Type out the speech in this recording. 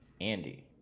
Andy